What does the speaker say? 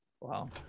Wow